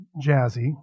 jazzy